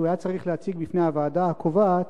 כשהוא היה צריך להציג בפני הוועדה הקובעת,